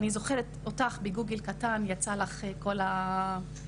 אני זוכרת אותך, בגוגל קטן יצאו לך כל השמות.